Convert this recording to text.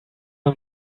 him